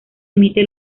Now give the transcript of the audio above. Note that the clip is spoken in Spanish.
emite